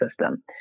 system